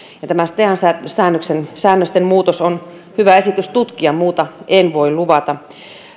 tämä stean säännösten säännösten muutos on hyvä esitys tutkia muuta en voi luvata